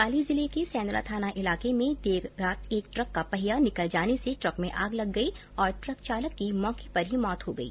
पाली जिले के सेंदडा थाना इलाके में कल देर रात एक ट्रक का पहिया निकल जाने से ट्रक में आग लग गई और ट्रक चालक की मौके पर ही मौत हो गई